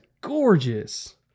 gorgeous